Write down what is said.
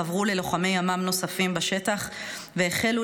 חברו ללוחמי ימ"מ נוספים בשטח והחלו